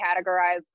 categorize